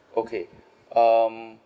okay um